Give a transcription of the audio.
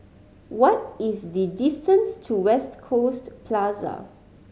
what is the distance to West Coast Plaza